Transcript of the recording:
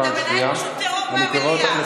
שנותן אפשרויות הן למשטרה והן לממשלה להציב